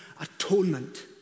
atonement